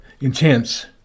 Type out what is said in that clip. intense